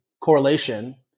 correlation